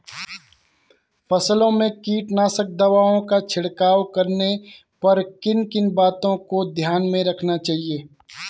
फसलों में कीटनाशक दवाओं का छिड़काव करने पर किन किन बातों को ध्यान में रखना चाहिए?